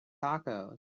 tacos